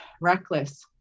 reckless